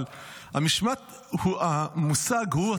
אבל המושג הוא,